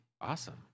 Awesome